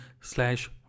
slash